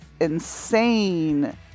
insane